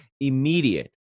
immediate